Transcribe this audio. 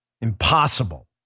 Impossible